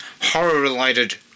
horror-related